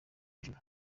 hejuru